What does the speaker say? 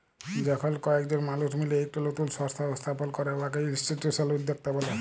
যখল কয়েকজল মালুস মিলে ইকট লতুল সংস্থা ইস্থাপল ক্যরে উয়াকে ইলস্টিটিউশলাল উদ্যক্তা ব্যলে